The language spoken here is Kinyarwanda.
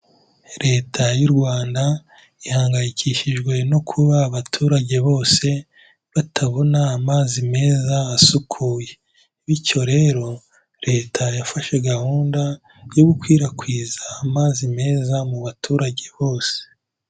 Leta y'u Rwanda ihangayikishijwe no kuba abaturage bose batabona amazi meza asukuye, bityo rero Leta yafashe gahunda yo gukwirakwiza amazi meza mu baturage bose.